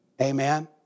Amen